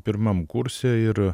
pirmam kurse ir